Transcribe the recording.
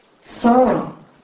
sorrow